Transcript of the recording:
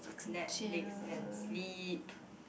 Netflix and sleep